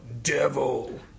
devil